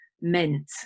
meant